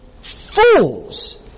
fools